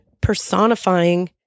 personifying